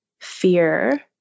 fear